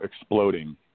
exploding